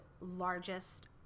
largest